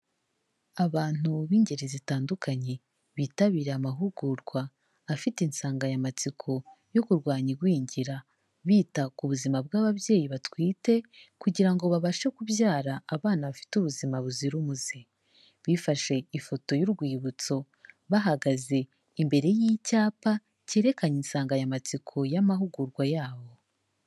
Abantu b'ingeri zitandukanye. Bitabiriye amahugurwa. Afite insanganyamatsiko yo kurwanya igwingira. Bita ku buzima bw'ababyeyi batwite kugira ngo babashe kubyara abana bafite ubuzima buzira umuze. Bifashe ifoto y'urwibutso bahagaze imbere y'icyapa cyerekana insanganyamatsiko y'amahugurwa yabo.